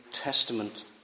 Testament